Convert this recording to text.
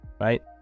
right